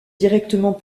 directement